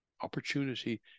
Opportunity